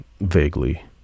Vaguely